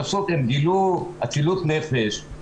פשוט הם גילו אצילות נפש.